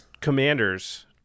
commanders